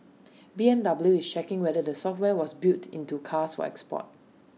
B M W is checking whether the software was built into cars for export